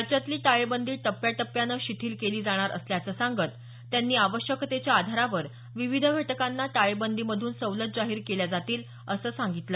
राज्यातली टाळेबंदी टप्प्याटप्प्यानं शिथिल केली जाणार असल्याचं सांगत त्यांनी आवश्यकतेच्या आधारावर विविध घटकांना टाळेबंदीमधून सवलती जाहीर केल्या जातील असं सांगितलं